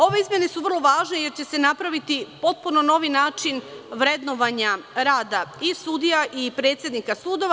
Ove izmene su vrlo važne jer će se napraviti potpuno novi način vrednovanja rada i sudija i predsednika sudova.